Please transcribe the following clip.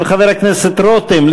של חבר הכנסת רותם,